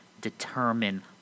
determine